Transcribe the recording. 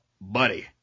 buddy